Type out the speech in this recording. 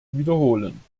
wiederholen